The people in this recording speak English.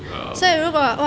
orh